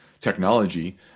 technology